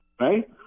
right